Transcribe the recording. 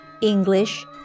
English